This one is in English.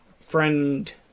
friend